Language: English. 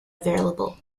available